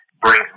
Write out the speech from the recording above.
brings